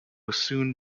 soon